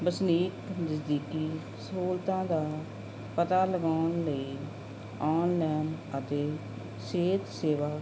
ਵਸਨੀਕ ਨਜ਼ਦੀਕੀ ਸਹੂਲਤਾਂ ਦਾ ਪਤਾ ਲਗਾਉਣ ਲਈ ਓਨਲੈਨ ਅਤੇ ਸਿਹਤ ਸੇਵਾ